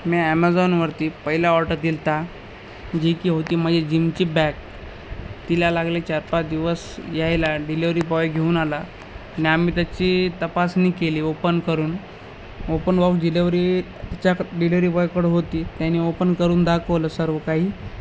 मी ॲमेझॉनवरती पहिला ऑर्डर दिला होता जी की होती माझी जिमची बॅग तिला लागले चार पाच दिवस यायला डिलेवरी बॉय घेऊन आला नी आम्ही त्याची तपासणी केली ओपन करून ओपन बॉक डिलेवरी त्याच्या डिलेवरी बॉयकडं होती त्याने ओपन करून दाखवलं सर्व काही